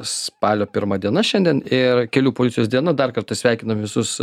spalio pirma diena šiandien ir kelių policijos diena dar kartą sveikinam visus